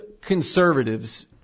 conservatives